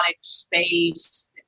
space